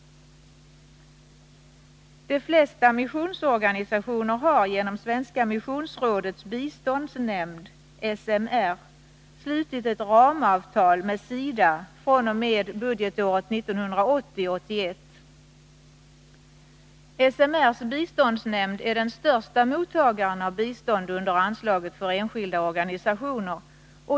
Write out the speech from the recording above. De flesta svenska missionsorganisationer har genom Svenska missionsrådets biståndsnämnd slutit ett ramavtal med SIDA fr.o.m. budgetåret 1980/81. SMR:s biståndsnämnd är den största mottagaren av bistånd under anslaget för enskilda organisationer.